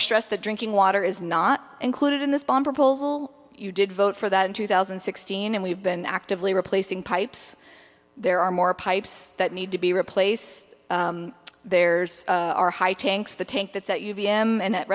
to stress the drinking water is not included in this bomb proposal you did vote for that in two thousand and sixteen and we've been actively replacing pipes there are more pipes that need to be replace theirs are high tanks the tank that that you b m and at